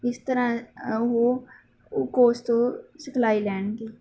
ਇਸ ਤਰ੍ਹਾਂ ਉਹ ਉ ਕੋਚ ਤੋਂ ਸਿਖਲਾਈ ਲੈਣਗੇ